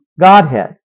Godhead